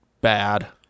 bad